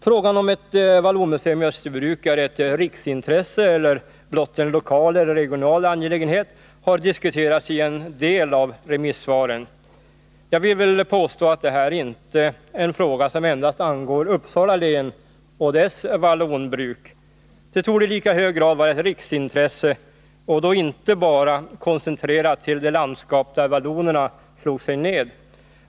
Frågan huruvida ett vallonmuseum i Österbybruk är ett riksintresse eller blott en lokal eller regional angelägenhet har diskuterats i en del av remissvaren. Jag vill påstå att det här inte är en fråga som endast angår Uppsala län och dess vallonbruk. Det torde i lika hög grad vara ett riksintresse, och då inte bara koncentrerat till de landskap där vallonerna slog sig ned.